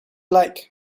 like